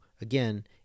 again